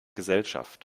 gesellschaft